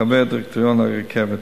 חבר דירקטוריון הרכבת.